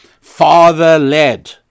father-led